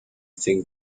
think